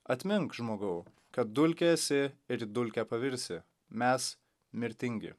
atmink žmogau kad dulkė esi ir į dulkę pavirsi mes mirtingi